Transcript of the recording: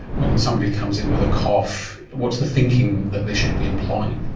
when somebody comes in with a cough what's the thinking that they should be employing?